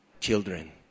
children